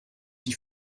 die